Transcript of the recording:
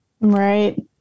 Right